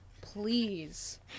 Please